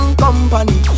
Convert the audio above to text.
company